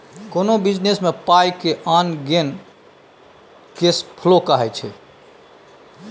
कोनो बिजनेस मे पाइ के आन गेन केस फ्लो कहाइ छै